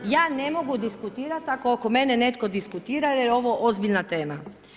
Ja ne mogu diskutirati ako oko mene netko diskutira jer je ovo ozbiljna tema.